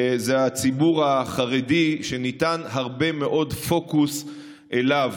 הציבור החרדי, שיש הרבה מאוד פוקוס עליו,